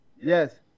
Yes